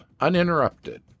uninterrupted